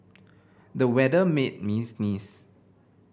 the weather made me sneeze